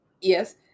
yes